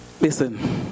Listen